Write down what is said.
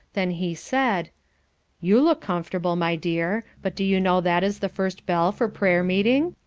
then he said you look comfortable, my dear but do you know that is the first bell for prayer meeting?